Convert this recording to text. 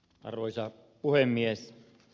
arvoisa puhemies